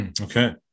Okay